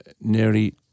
nearly